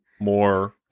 more